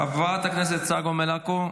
חברת הכנסת צגה מלקו,